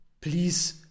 Please